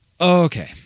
Okay